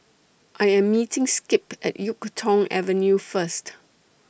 I Am meeting Skip At Yuk Tong Avenue First